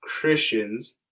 Christians